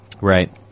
Right